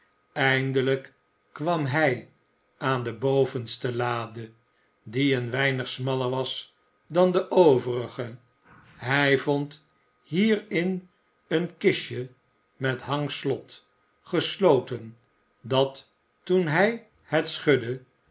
eindelijk kwam hij aan de bovenste lade die een weinig smaller was dan de overige hij vond hierin een kistje met een hangslot gesloten dat toen hij het schudde